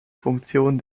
funktion